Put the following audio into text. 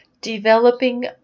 Developing